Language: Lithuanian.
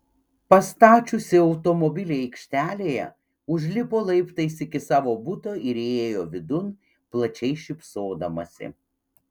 pastačiusi automobilį aikštelėje užlipo laiptais iki savo buto ir įėjo vidun plačiai šypsodamasi